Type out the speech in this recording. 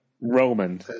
Roman